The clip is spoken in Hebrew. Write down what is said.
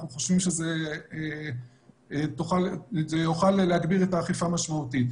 אנחנו חושבים שזה יוכל להגביר את האכיפה משמעותית.